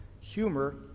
humor